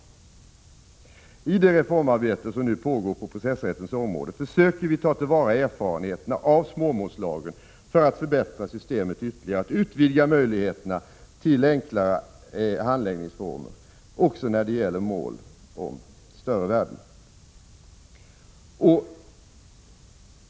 I det reformarbete som nu pågår på processrättens område försöker vi ta till vara erfarenheterna av småmålslagen för att förbättra systemet ytterligare och utvidga möjligheterna till enklare handläggningsformer också när det gäller mål om större värden.